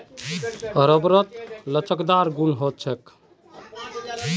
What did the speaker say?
रबरत लोचदार गुण ह छेक